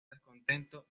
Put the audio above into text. descontento